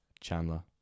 Chandler